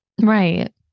Right